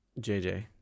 JJ